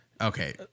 Okay